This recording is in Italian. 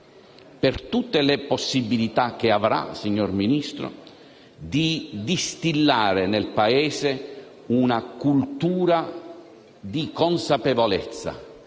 in tutte le possibilità che avrà di distillare nel Paese una cultura di consapevolezza.